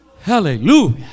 Hallelujah